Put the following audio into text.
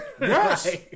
Yes